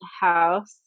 house